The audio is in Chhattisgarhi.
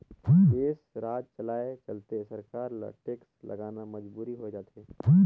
देस, राज चलाए चलते सरकार ल टेक्स लगाना मजबुरी होय जाथे